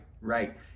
right